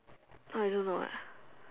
I don't know leh